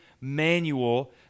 manual